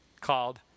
called